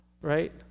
right